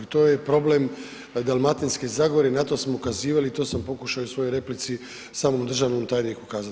I to je problem Dalmatinske zagore i na to smo ukazivali i to sam pokušao i u svojoj replici samom državnom tajniku kazati.